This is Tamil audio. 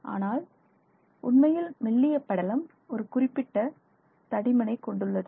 ஆனால் உண்மையில் மெல்லிய படலம் ஒரு குறிப்பிட்ட தடிமனை கொண்டுள்ளது